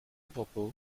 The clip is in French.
propos